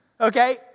Okay